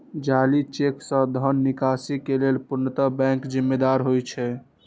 जाली चेक सं धन निकासी के लेल पूर्णतः बैंक जिम्मेदार होइ छै